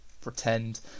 Pretend